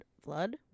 flood